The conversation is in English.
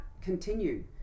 continue